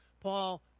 Paul